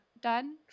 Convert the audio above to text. done